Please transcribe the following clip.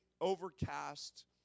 overcast